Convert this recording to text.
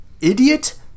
idiot